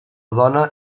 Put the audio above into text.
dona